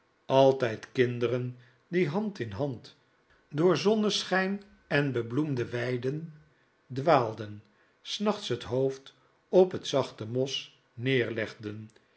altijd kinderen die hand in hand door zonneschijn en bebloemde weiden dwaalden s nachts het hoofd op het zachte mos neerlegden